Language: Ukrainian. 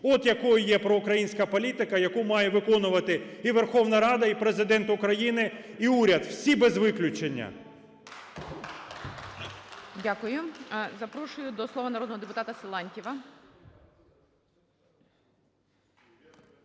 От якою є проукраїнська політика, яку має виконувати і Верховна Рада, і Президент України, і уряд – всі без виключення. ГОЛОВУЮЧИЙ. Дякую. Запрошую до слова народного депутата Силантьєва.